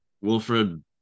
Wilfred